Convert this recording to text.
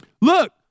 Look